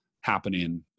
happening